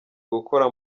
gukora